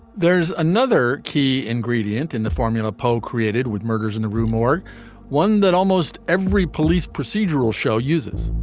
there's another key ingredient in the formula poe created with murders in the rue morgue one that almost every police procedural show uses.